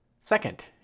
Second